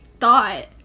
thought